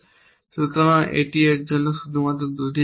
সুতরাং এটি এর জন্য শুধুমাত্র 2 ছেড়ে দেয়